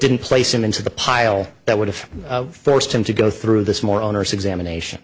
didn't place him into the pile that would have forced him to go through this more onerous examination